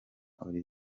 olivier